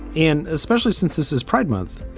and especially since this is pride month.